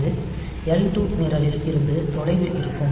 அது எல் 2 நிரலில் இருந்து தொலைவில் இருக்கும்